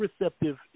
receptive